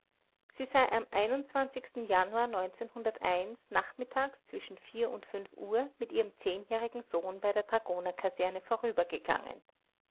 sie sei am januar nachmittags zwischen uhr mit ihrem zehnjährigen sohn bei der dragonerkaserne vorübergegangen